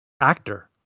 actor